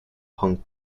hong